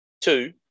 Two